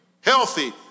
healthy